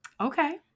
Okay